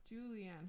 Julianne